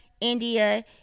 India